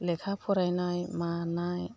लेखा फरायनाय मानाय